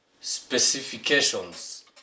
specifications